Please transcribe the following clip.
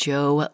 Joe